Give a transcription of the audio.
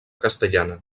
castellana